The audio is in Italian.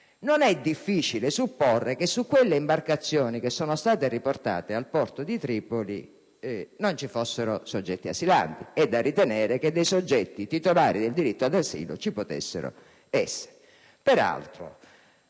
non è difficile supporre che sulle imbarcazioni che sono state riportate nel porto di Tripoli ci fossero soggetti asilanti; è da ritenere, cioè, che dei soggetti titolari del diritto d'asilo ci potessero essere.